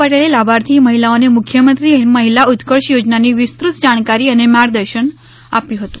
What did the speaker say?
પટેલે લાભાર્થી મહિલાઓને મુખ્યમંત્રી મહિલા ઉત્કર્ષ યોજનાની વિસ્તૃત જાણકારી અને માર્ગદર્શન આપ્યું હતું